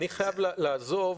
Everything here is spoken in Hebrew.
אני חייב לעזוב,